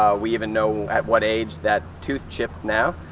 um we even know at what age that tooth chipped now.